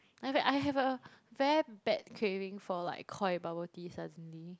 I have I have a very bad craving for like Koi bubble tea suddenly